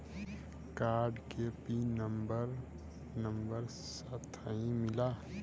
Card के PIN number number साथही मिला?